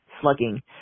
slugging